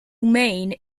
mein